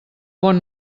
bon